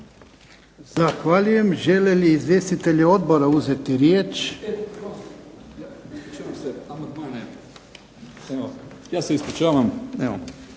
Zahvaljujem. Žele li izvjestitelji odbora uzeti riječ? **Rožman,